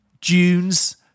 dunes